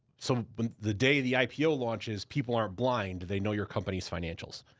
so the day the ipo launches, people aren't blind. they know your company's financials.